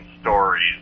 stories